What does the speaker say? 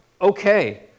okay